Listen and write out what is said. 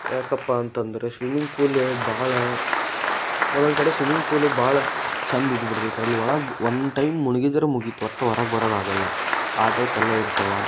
ಯಾಕಪ್ಪಾ ಅಂತ ಅಂದ್ರೆ ಸ್ವಿಮ್ಮಿಂಗ್ ಪೂಲ್ ಬಹಳ ಒಂದೊಂದು ಕಡೆ ಸ್ವಿಮ್ಮಿಂಗ್ ಪೂಲ್ ಭಾಳ ಚೆಂದ ಇದ್ಬಿಡುತ್ತೈತಿ ಅಲ್ಲಿ ಒಳಗೆ ಒನ್ ಟೈಮ್ ಮುಳುಗಿದರೆ ಮುಗೀತು ಮತ್ತು ಹೊರಗೆ ಬರೋದಾಗಲ್ಲ ಆ ಟೈಪೆಲ್ಲ ಇರ್ತಾವೆ